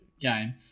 game